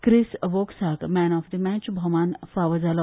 ख्रिस वोक्साक man of the match भोवमान फावो जालो